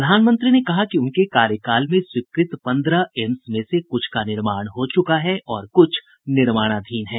प्रधानमंत्री ने कहा कि उनके कार्यकाल में स्वीकृत पंद्रह एम्स में से कुछ का निर्माण हो चुका है और कुछ निर्माणाधीन हैं